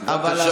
כאן.